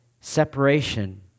separation